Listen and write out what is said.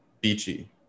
beachy